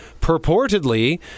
purportedly